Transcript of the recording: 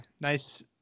Nice